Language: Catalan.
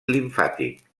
limfàtic